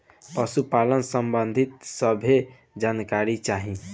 पशुपालन सबंधी सभे जानकारी चाही?